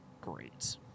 great